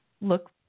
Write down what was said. look